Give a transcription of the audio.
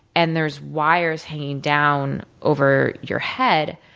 and there's wires hanging down over your head.